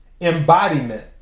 Embodiment